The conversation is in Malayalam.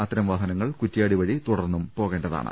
അത്തരം വാഹനങ്ങൾ കുറ്റ്യാടി വഴി തുടർന്നും പോകേണ്ടതാണ്